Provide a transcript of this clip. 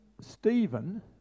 Stephen